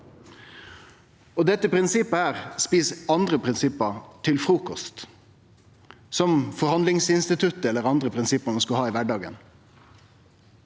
Dette prinsippet et andre prinsipp til frukost, som forhandlingsinstituttet eller andre prinsipp ein måtte ha i kvardagen.